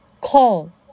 call